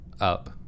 up